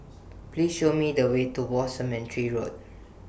Please Show Me The Way to War Cemetery Road